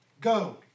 go